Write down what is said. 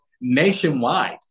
nationwide